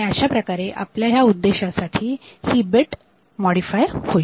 अशाप्रकारे आपल्या ह्या उद्देशासाठी ही बीट मॉडीफाय होईल